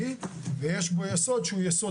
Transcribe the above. יש בו יסוד שהוא יסוד הגנתי,